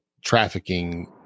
trafficking